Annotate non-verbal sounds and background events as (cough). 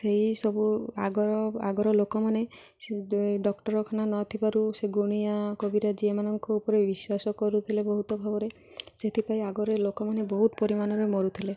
ସେଇସବୁ ଆଗର ଆଗର ଲୋକମାନେ (unintelligible) ଡାକ୍ଟରଖାନା ନ ଥିବାରୁ ସେ ଗୁଣିଆ କବିରାଜ ଏ ମାନଙ୍କ ଉପରେ ବିଶ୍ୱାସ କରୁଥିଲେ ବହୁତ ଭାବରେ ସେଥିପାଇଁ ଆଗରେ ଲୋକମାନେ ବହୁତ ପରିମାଣରେ ମରୁଥିଲେ